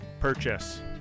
purchase